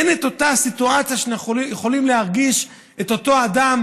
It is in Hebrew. אין אותה סיטואציה שבה אנחנו יכולים להרגיש את אותו אדם